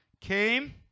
Came